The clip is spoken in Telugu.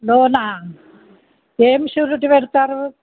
లోనా ఏం ష్యూరిటి పెడతారు